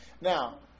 Now